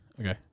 Okay